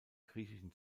griechischen